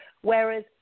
Whereas